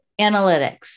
analytics